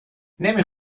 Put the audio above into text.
نمی